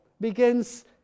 begins